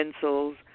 pencils